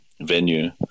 venue